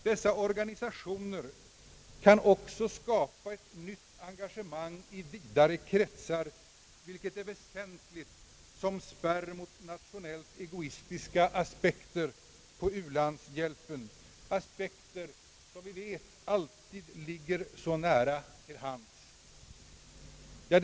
Dessa organisationer kan också skapa ett nytt engagemang i vidare kretsar, vilket är väsentligt som spärr mot nationellt egoistiska aspekter på ulandshjälp, aspekter som vi vet alltid ligger nära till hands.